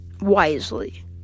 wisely